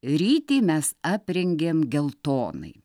rytį mes aprengėm geltonai